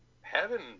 heaven